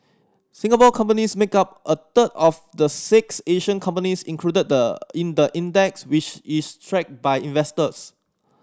Singapore companies make up a third of the six Asian companies included the in the index which is tracked by investors